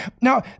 Now